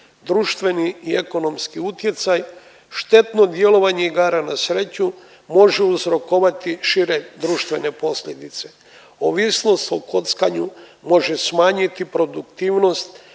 društveni i ekonomski utjecaj. Štetno djelovanje igara na sreću može uzrokovati šire društvene posljedice. Ovisnost o kockanju može smanjiti produktivnost,